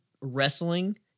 wrestling